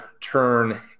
turn